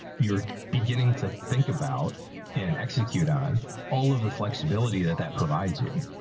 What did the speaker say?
you're beginning to think about and execute on all of the flexibility that that provides you.